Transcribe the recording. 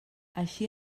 així